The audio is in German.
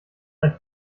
ein